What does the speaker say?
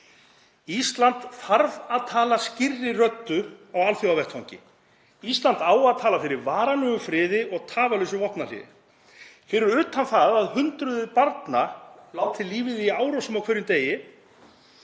Ísland þarf að tala skýrri röddu á alþjóðavettvangi. Ísland á að tala fyrir varanlegum friði og tafarlausu vopnahléi. Fyrir utan það að hundruð barna láti lífið í árásunum á hverjum degi